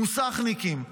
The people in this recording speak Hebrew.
מוסכניקים.